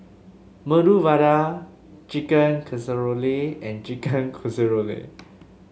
Medu Vada Chicken Casserole and Chicken Casserole